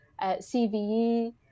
CVE